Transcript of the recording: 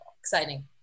exciting